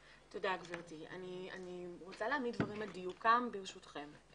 אני רוצה להעמיד דברים על דיוקם, ברשותכם,